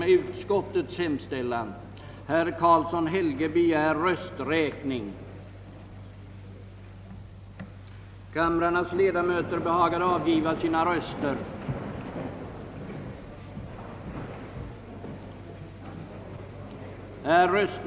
Många konsumenter känner sig ovissa om huruvida fisken är hälsovådlig eller inte och avstår i sådant läge från att förtära fisk.